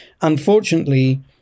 Unfortunately